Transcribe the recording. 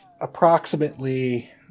approximately